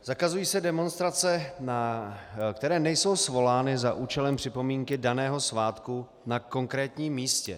Zakazují se demonstrace, které nejsou svolány za účelem připomínky daného svátku na konkrétním místě.